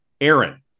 Aaron